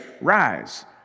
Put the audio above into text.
rise